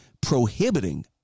prohibiting